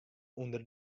ûnder